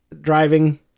driving